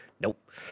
Nope